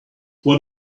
what